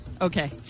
Okay